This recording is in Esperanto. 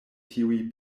tiuj